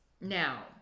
Now